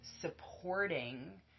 supporting